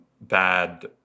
bad